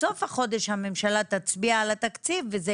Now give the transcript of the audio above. בסוף החודש הממשלה תצביע על התקציב וזה